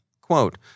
Quote